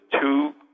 two